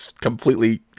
completely